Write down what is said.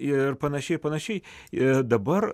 ir panašiai panašiai ir dabar